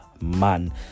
man